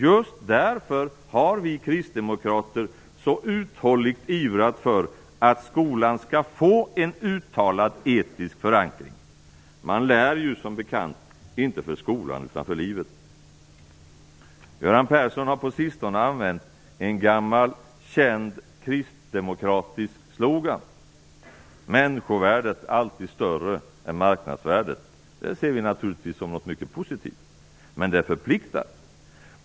Just därför har vi kristdemokrater så uthålligt ivrat för att skolan skall få en uttalat etisk förankring. Man lär ju som bekant inte för skolan, utan för livet. Göran Persson har på sistone använt en gammal känd kristdemokratisk slogan: Människovärdet är alltid större än marknadsvärdet. Det ser vi som någonting mycket positivt. Men det förpliktigar.